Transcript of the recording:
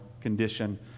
condition